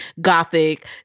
gothic